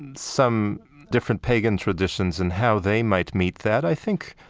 and some different pagan traditions and how they might meet that, i think,